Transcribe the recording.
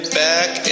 back